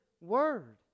Word